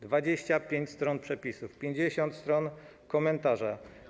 25 stron przepisów, 50 stron komentarza.